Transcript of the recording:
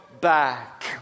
back